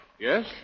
Yes